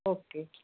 okay